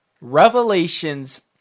Revelations